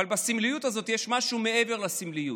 אבל בסמליות הזאת יש משהו מעבר לסמליות.